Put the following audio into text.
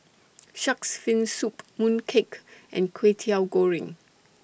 Shark's Fin Soup Mooncake and Kwetiau Goreng